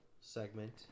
segment